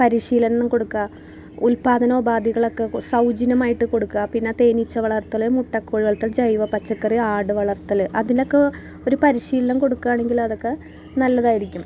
പരിശീലനം കൊടുക്കുക ഉൽപ്പാദനോപാധികളക്കെ സൗജന്യമായിയിട്ട് കൊടുക്കുക പിന്നെ തേനീച്ച വളർത്തൽ മുട്ടക്കോഴി വളർത്തൽ ജൈവ പച്ചക്കറി ആട് വളർത്തൽ അതിലൊക്കെ ഒരു പരീശീലനം കൊടുക്കാണെങ്കിൽ അതൊക്കെ നല്ലതായിരിക്കും